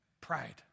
pride